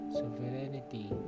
sovereignty